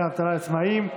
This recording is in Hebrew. דמי אבטלה לעצמאים),